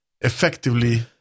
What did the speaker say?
effectively